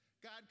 God